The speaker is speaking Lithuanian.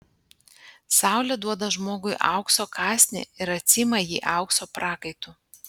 saulė duoda žmogui aukso kąsnį ir atsiima jį aukso prakaitu